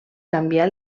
canviar